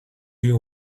you